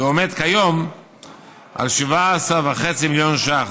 והוא עומד כיום על 17.5 מיליון ש"ח,